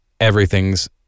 Everything's